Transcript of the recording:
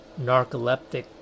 narcoleptic